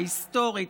ההיסטורית,